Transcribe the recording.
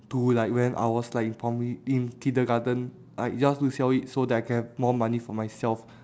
to like when I was like probably in kindergarten like just to sell it so that I can have more money for myself